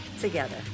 together